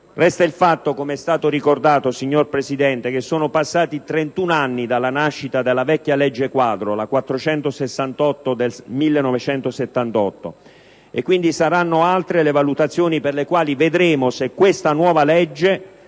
Resta il fatto - com'è stato ricordato, signora Presidente - che sono passati 31 anni dalla nascita della vecchia legge quadro n. 468 del 1978, e quindi saranno altre le valutazioni per le quali vedremo se questa nuova legge